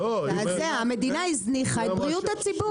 מזעזע, מזעזע, המדינה הזניחה את בריאות הציבור.